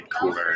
cooler